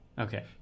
Okay